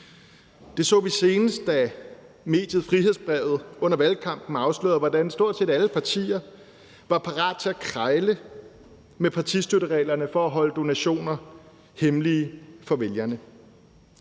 Det så vi senest, da mediet Frihedsbrevet under valgkampen afslørede, hvordan stort set alle partier var parat til at krejle med partistøttereglerne for at holde donationer hemmelige for vælgerne.